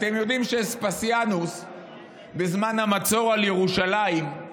אתם יודעים, בזמן המצור על ירושלים,